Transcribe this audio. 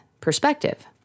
perspective